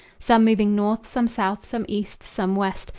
some moving north, some south, some east, some west,